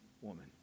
woman